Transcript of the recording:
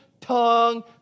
tongue